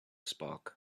spark